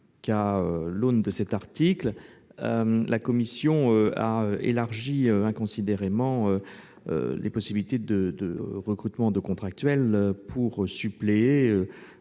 pour notre part que la commission a élargi inconsidérément les possibilités de recrutement de contractuels pour suppléer